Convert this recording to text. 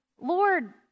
Lord